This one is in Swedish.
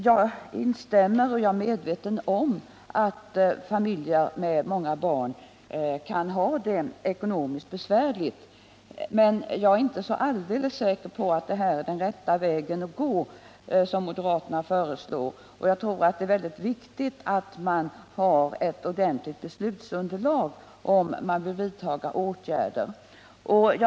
Jag är medveten om att familjer med många barn kan ha det ekonomiskt besvärligt, men jag är inte så alldeles säker på att den väg som moderaterna föreslår är den rätta att gå. Jag tror att det är väldigt viktigt att man har ett ordentligt beslutsunderlag, om man vill vidtaga åtgärder.